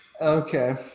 Okay